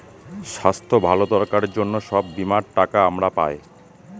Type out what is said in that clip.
স্বাস্থ্য ভালো করার জন্য সব বীমার টাকা আমরা পায়